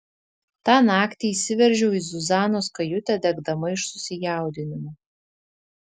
tą naktį įsiveržiau į zuzanos kajutę degdama iš susijaudinimo